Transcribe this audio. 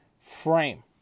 frame